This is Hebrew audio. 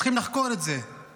צריכים לחקור את זה בוועדה,